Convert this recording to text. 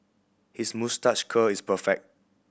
his moustache curl is perfect